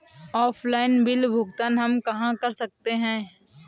Offline bill भुगतान हम कहां कर सकते हैं?